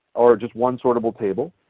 or just one sortable table,